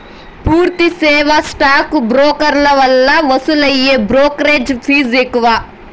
పూర్తి సేవా స్టాక్ బ్రోకర్ల వల్ల వసూలయ్యే బ్రోకెరేజ్ ఫీజ్ ఎక్కువ